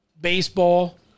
baseball